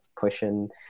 pushing